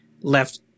left